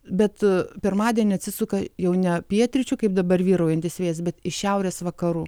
bet pirmadienį atsisuka jau ne pietryčių kaip dabar vyraujantis vėjas bet iš šiaurės vakarų